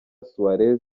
suárez